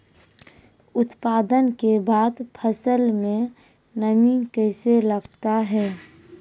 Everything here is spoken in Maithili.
उत्पादन के बाद फसल मे नमी कैसे लगता हैं?